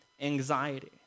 anxiety